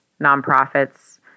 nonprofits